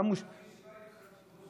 אני ביקשתי ישיבה איתך,